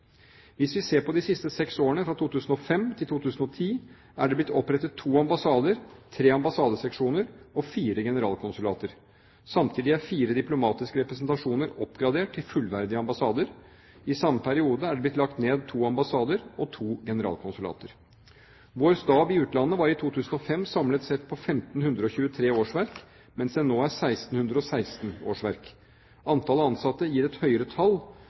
Hvis vi ser på de siste seks årene, fra 2005 til 2010, er det blitt opprettet to ambassader, tre ambassadeseksjoner og fire generalkonsulater. Samtidig er fire diplomatiske representasjoner oppgradert til fullverdige ambassader. I samme periode er det blitt lagt ned to ambassader og to generalkonsulater. Vår stab i utlandet var i 2005 samlet sett på 1 523 årsverk, mens det nå er 1 616 årsverk. Antallet ansatte gir et høyere tall.